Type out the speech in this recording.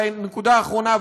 לנקודה האחרונה,